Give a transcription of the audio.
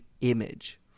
image